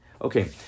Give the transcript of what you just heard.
okay